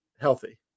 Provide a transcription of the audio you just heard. healthy